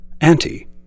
Anti